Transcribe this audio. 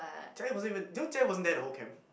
Jia Yi wasn't even you know Jia Yi wasn't there the whole camp